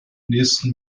nächsten